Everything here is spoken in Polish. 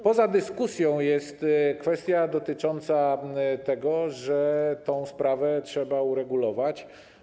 Poza dyskusją jest kwestia dotycząca tego, że tę sprawę trzeba uregulować.